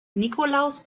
nikolaus